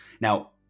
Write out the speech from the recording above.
Now